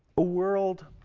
a world,